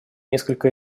несколько